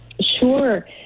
Sure